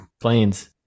Planes